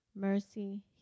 mercy